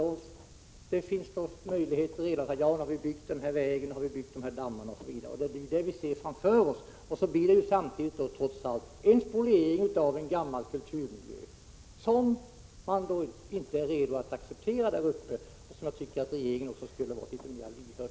Man kan säga: Ja, nu har vi byggt den här vägen och de här dammarna. Det är detta som vi ser framför oss. Samtidigt innebär dammbygget trots allt att man spolierar en gammal kulturmiljö. Det är man alltså inte redo att acceptera där uppe, och det tycker jag att regeringen skulle vara litet mer lyhörd för.